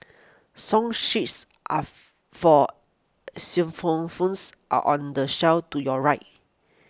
song sheets are for phones are on the shelf to your right